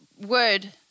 word